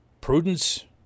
Prudence